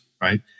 right